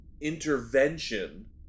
intervention